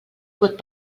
pot